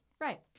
Right